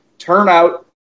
turnout